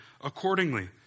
accordingly